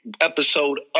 episode